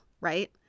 right